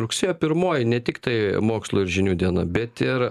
rugsėjo pirmoji ne tiktai mokslo ir žinių diena bet ir